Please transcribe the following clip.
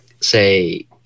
say